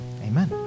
amen